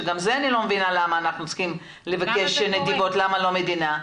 שגם זה אני לא מבינה למה אנחנו צריכים לבקש נדבות ולמה לא המדינה נותנת,